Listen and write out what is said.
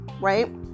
right